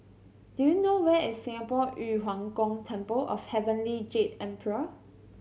do you know where is Singapore Yu Huang Gong Temple of Heavenly Jade Emperor